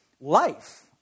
life